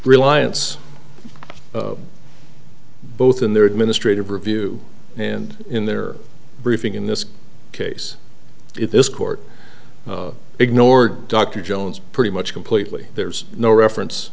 reliance both in their administrative review and in their briefing in this case if this court ignored dr jones pretty much completely there's no reference